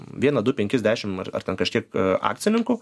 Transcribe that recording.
vieną du penkis dešim ar ar ten kažkiek akcininkų